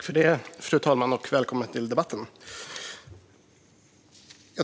Fru talman! Välkommen till debatten!